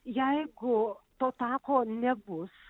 jeigu to tako nebus